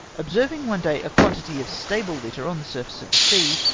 observing one day a quantity of stable litter on the surflice of the sea,